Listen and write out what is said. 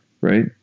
right